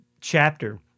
chapter